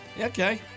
okay